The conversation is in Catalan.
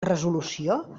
resolució